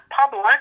public